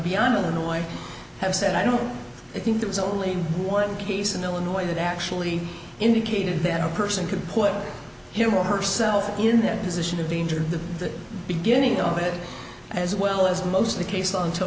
beyond annoyed have said i don't i think there was only one case in illinois that actually indicated that a person could put him or herself in that position of danger the beginning of it as well as most of the case until